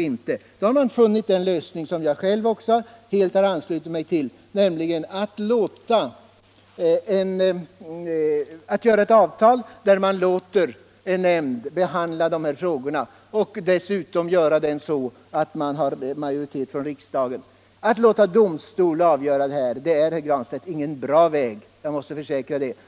gick, och då har man funnit den lösning som jag själv också helt har anslutit mig till, nämligen att träffa avtal där man låter en särskild nämnd behandla frågorna. Dessutom skall i den nämnden ingå en majoritet av riksdagsmän. Att låta domstol avgöra sådana frågor är ingen bra väg, herr Granstedt!